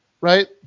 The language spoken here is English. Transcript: right